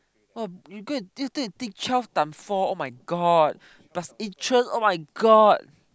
oh you go you go and think twelve times four [oh]-my-god plus interest [oh]-my-god